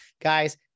Guys